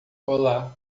olá